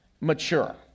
mature